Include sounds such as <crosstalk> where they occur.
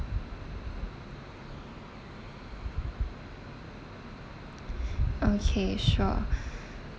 <breath> okay sure <breath>